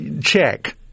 check